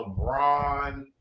LeBron